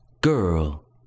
girl